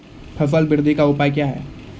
फसल बृद्धि का उपाय क्या हैं?